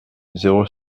zéro